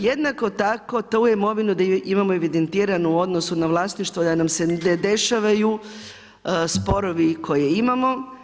Jednako tako da tu imovinu imamo evidentiranu u odnosu na vlasništvo da nam se ne dešavaju sporovi koje imamo.